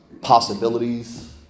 possibilities